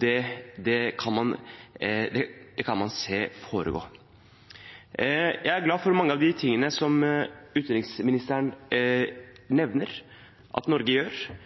Det kan man se foregår. Jeg er glad for mange av de tingene som utenriksministeren nevner at Norge gjør,